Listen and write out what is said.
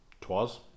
twas